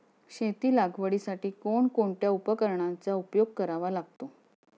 शेती लागवडीसाठी कोणकोणत्या उपकरणांचा उपयोग करावा लागतो?